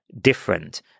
different